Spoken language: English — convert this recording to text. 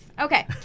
Okay